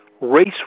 Race